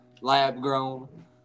lab-grown